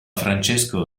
francesco